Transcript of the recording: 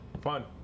fun